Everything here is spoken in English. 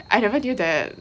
I never knew that